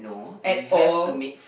at all